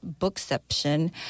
Bookception